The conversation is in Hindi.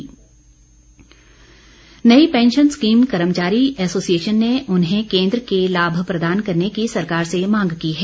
मांग नई पैंशन स्कीम कर्मचारी एसोसिएशन ने उन्हें केन्द्र के लाभ प्रदान करने की सरकार से मांग की है